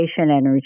energy